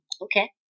okay